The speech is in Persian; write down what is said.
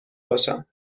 باشم